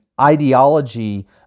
ideology